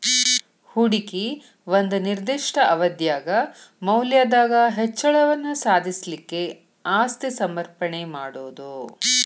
ಹೂಡಿಕಿ ಒಂದ ನಿರ್ದಿಷ್ಟ ಅವಧ್ಯಾಗ್ ಮೌಲ್ಯದಾಗ್ ಹೆಚ್ಚಳವನ್ನ ಸಾಧಿಸ್ಲಿಕ್ಕೆ ಆಸ್ತಿ ಸಮರ್ಪಣೆ ಮಾಡೊದು